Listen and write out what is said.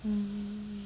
hmm